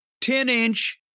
10-inch